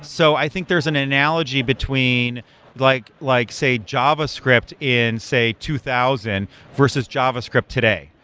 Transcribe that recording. so i think there's an analogy between like, like say, javascript in say two thousand versus javascript today.